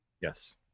Yes